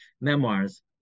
memoirs